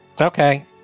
Okay